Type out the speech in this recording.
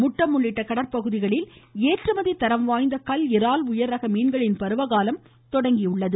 முட்டம் உள்ளிட்ட கடல்பகுதிகளில் ஏற்றுமதி தரம் வாய்ந்த கல் இறால் உயர்ரக மீன்களின் பருவகாலம் தொடங்கியுள்ளது